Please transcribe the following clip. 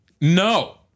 No